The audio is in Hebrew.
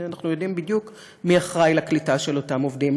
ואנחנו יודעים בדיוק מי אחראי לקליטה של אותם עובדים,